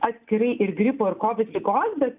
atskirai ir gripo ir kovid ligos bet